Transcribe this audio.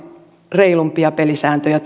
reilumpia pelisääntöjä